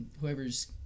whoever's